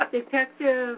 Detective